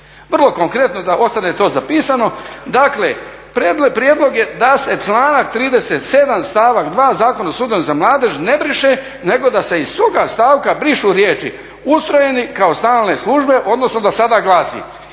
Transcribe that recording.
Vrlo konkretno da ostane to zapisano, dakle, prijedlog je da se članak 37., stavak 2. Zakon o sudovima za mladež ne briše, nego da se iz toga stavka brišu riječi "ustrojeni kao stalne službe", odnosno da sada glasi